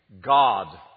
God